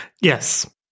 Yes